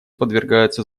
подвергаются